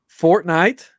Fortnite